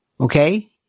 Okay